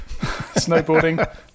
Snowboarding